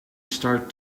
start